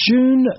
June